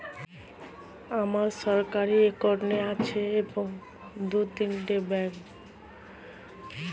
আমার সরকারি একাউন্ট আছে এবং দু তিনটে ব্যাংক মার্জ হয়েছে, নতুন আই.এফ.এস.সি পেতে কি করব?